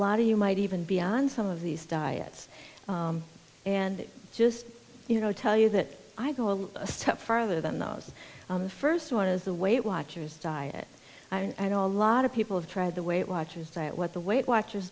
lot of you might even beyond some of these diets and just you know tell you that i go a step farther than those on the first one is the weight watchers diet and all a lot of people have tried the weight watchers diet what the weight watchers